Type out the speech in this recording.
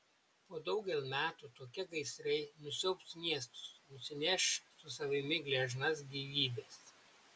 po daugel metų tokie gaisrai nusiaubs miestus nusineš su savimi gležnas gyvybes